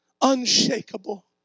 Unshakable